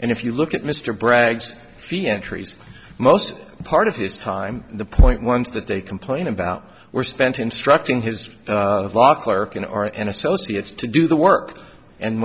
and if you look at mr bragg's fee entries most part of his time the point once that they complain about were spent instructing his law clerk and or an associates to do the work and